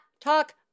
talk